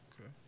Okay